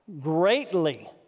greatly